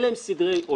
אלה הם סדרי עולם.